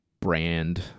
brand